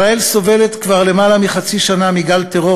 ישראל סובלת כבר למעלה מחצי שנה מגל טרור